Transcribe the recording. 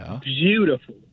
beautiful